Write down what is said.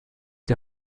die